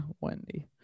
Wendy